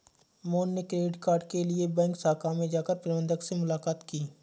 मोहन ने credit card के लिए बैंक शाखा में जाकर प्रबंधक से मुलाक़ात की